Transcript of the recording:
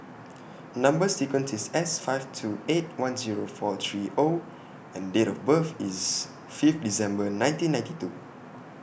Number sequence IS S five two eight one Zero four three O and Date of birth IS Fifth December nineteen ninety two